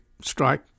strike